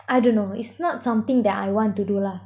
I dunno it's not something that I want to do lah mm okay okay